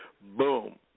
Boom